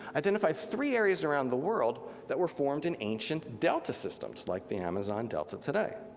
identified three areas around the world that were formed in ancient delta systems, like the amazon delta today.